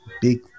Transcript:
big